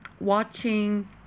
watching